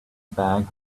bag